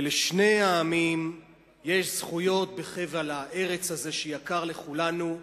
ולשני העמים יש זכויות בחבל הארץ הזה שיקר לכולנו.